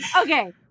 Okay